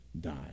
die